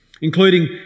including